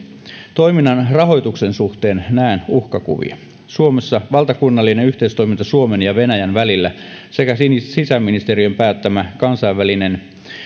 toiminnan rahoituksen suhteen näen uhkakuvia suomessa valtakunnallinen yhteistoiminta suomen ja venäjän välillä sekä sisäministeriön päättämä kansainvälinen